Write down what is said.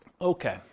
Okay